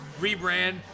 rebrand